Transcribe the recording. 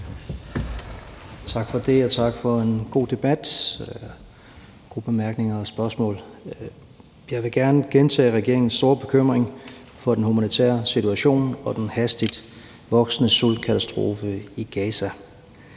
Tak for det. Og tak for en god debat, gode bemærkninger og spørgsmål. Jeg vil gerne gentage regeringens store bekymring over den humanitære situation og den hastigt voksende sultkatastrofe i Gaza.